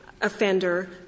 offender